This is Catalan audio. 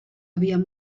havíem